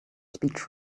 speech